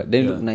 ya